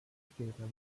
später